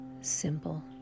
simple